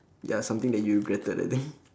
ya something that you regretted I think